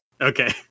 Okay